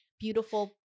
beautiful